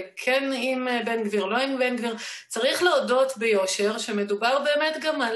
הינני מתכבדת להודיעכם,